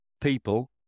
people